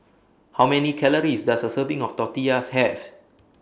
How Many Calories Does A Serving of Tortillas Have